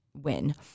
win